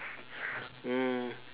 mm